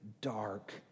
dark